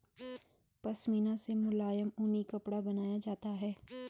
पशमीना से मुलायम ऊनी कपड़ा बनाया जाता है